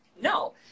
no